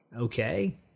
Okay